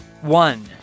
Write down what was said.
One